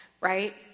right